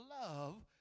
love